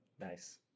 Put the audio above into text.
Nice